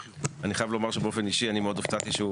שאני חייב לומר שבאופן אישי אני מאוד הופתעתי שהוא